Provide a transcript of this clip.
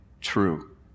true